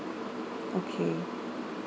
okay